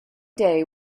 day